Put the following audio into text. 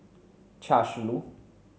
Chia Shi Lu